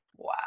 wow